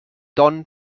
don